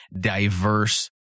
diverse